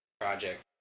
project